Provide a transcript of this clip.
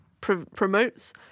promotes